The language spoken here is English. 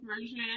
version